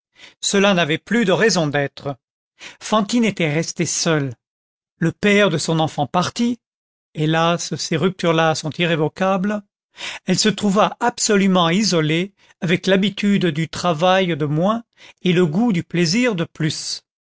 cela n'avait plus de raison d'être fantine était restée seule le père de son enfant parti hélas ces ruptures là sont irrévocables elle se trouva absolument isolée avec l'habitude du travail de moins et le goût du plaisir de plus